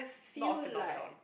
not a phenomenon